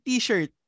T-shirt